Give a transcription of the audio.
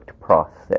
process